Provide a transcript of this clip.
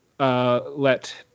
Let